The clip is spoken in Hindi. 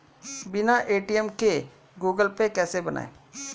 बिना ए.टी.एम के गूगल पे कैसे बनायें?